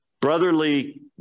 brotherly